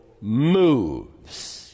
moves